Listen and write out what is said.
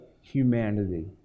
humanity